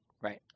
right